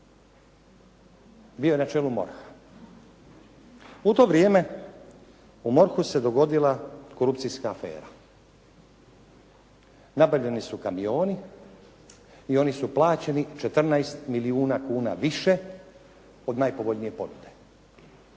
Bio je na čelu MORH-a. U to vrijeme se dogodila korupcijska afera. Napravljeni su kamioni i oni su plaćeni 14 milijuna kuna više od najpovoljnije ponude.